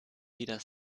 wieder